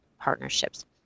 partnerships